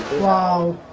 while